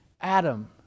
Adam